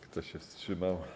Kto się wstrzymał?